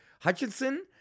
Hutchinson